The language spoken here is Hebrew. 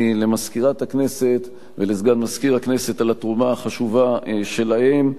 למזכירת הכנסת ולסגן מזכיר הכנסת על התרומה החשובה שלהם,